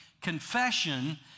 confession